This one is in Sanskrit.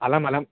अलं अलं